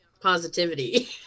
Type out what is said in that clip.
positivity